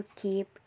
keep